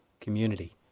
community